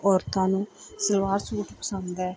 ਔਰਤਾਂ ਨੂੰ ਸਲਵਾਰ ਸੂਟ ਪਸੰਦ ਹੈ